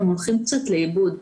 הם הולכים קצת לאיבוד,